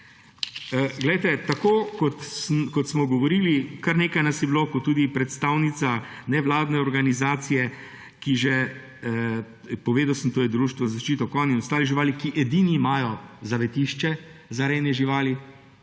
Tako kot smo govorili, kar nekaj nas je bilo, tudi predstavnica nevladne organizacije. Povedal sem, to je Društvo za zaščito konj in ostalih živali, edini imajo zavetišče za rejne živali,